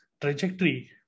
trajectory